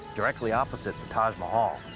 directly opposite the taj mahal.